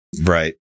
right